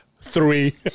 three